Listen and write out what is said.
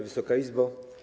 Wysoka Izbo!